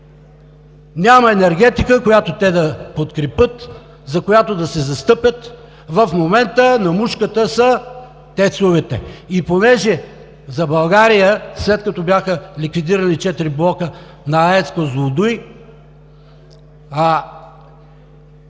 Няма енергетика, която те да подкрепят, за която да се застъпят, в момента на мушката са ТЕЦ-овете. И понеже за България, след като бяха ликвидирани четири блока на АЕЦ „Козлодуй“,